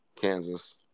Kansas